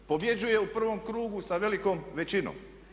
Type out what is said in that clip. Pobjeđuje u prvom krugu sa velikom većinom.